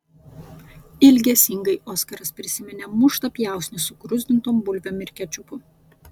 ilgesingai oskaras prisiminė muštą pjausnį su gruzdintom bulvėm ir kečupu